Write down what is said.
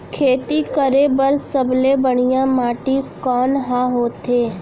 खेती करे बर सबले बढ़िया माटी कोन हा होथे?